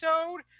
episode